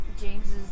James's